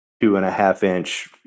two-and-a-half-inch